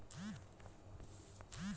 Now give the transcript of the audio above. যে ছব বল্ড গুলা বাজারে লেল দেল ক্যরা হ্যয়